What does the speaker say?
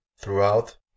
throughout